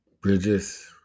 Bridges